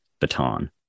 baton